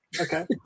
Okay